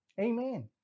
amen